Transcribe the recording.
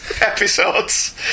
episodes